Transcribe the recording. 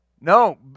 No